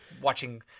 watching